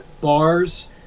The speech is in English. bars